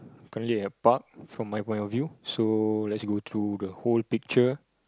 currently a park from my point of view so let's go through the whole picture